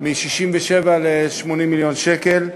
מ-67 ל-80 מיליון שקל.